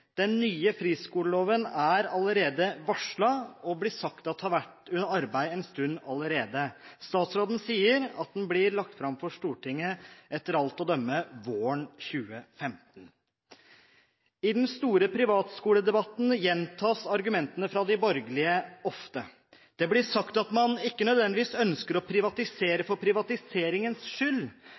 Den nye friskoleloven er allerede varslet. Det blir sagt at den har vært under arbeid en stund allerede. Statsråden sier at den blir lagt fram for Stortinget etter alt å dømme våren 2015. I den store privatskoledebatten gjentas argumentene fra de borgerlige ofte. Det blir sagt at man ikke nødvendigvis ønsker å privatisere for privatiseringens skyld.